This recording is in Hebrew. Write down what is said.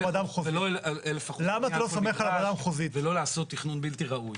ולא לעשות תכנון בלתי ראוי.